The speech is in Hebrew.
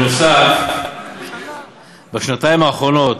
נוסף על כך, בשנתיים האחרונות